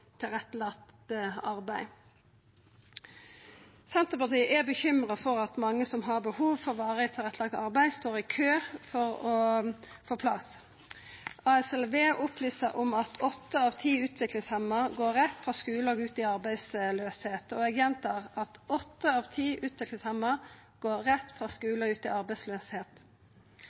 tilrettelagt arbeid. Senterpartiet er bekymra for at mange som har behov for varig tilrettelagt arbeid, står i kø for å få plass. ASVL opplyser om at åtte av ti utviklingshemma går rett frå skulen og ut i arbeidsløyse. Eg gjentar: Åtte av ti utviklingshemma går rett frå skule og ut